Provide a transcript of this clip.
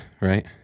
right